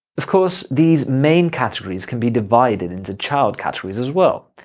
of course, these main categories can be divided into child categories as well.